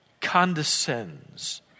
condescends